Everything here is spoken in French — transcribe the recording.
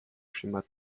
schéma